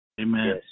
Amen